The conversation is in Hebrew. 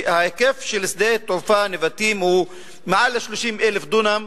ההיקף של שדה-התעופה נבטים הוא מעל 30,000 דונם,